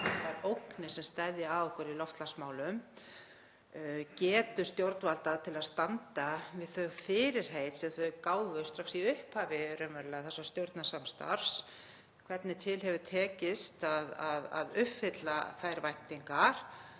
varða þær ógnir sem steðja að okkur í loftslagsmálum, getu stjórnvalda til að standa við þau fyrirheit sem þau gáfu strax í upphafi þessa stjórnarsamstarfs, hvernig til hefur tekist að uppfylla þær væntingar